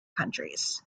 countries